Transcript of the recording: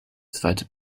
zweite